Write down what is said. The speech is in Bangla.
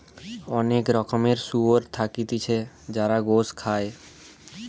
অনেক রকমের শুয়োর থাকতিছে যার গোস খায়